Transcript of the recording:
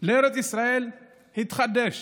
לארץ ישראל התחדש